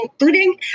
including